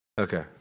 Okay